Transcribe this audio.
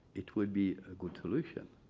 it will be a good solution.